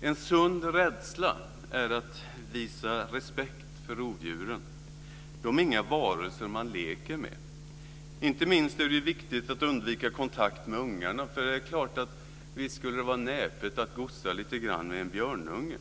En sund rädsla är att visa respekt för rovdjuren. De är inga varelser man leker med. Inte minst är det viktigt att undvika kontakt med ungarna. Det är klart att det skulle vara näpet att gosa lite grann med en björnunge.